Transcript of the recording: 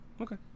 Okay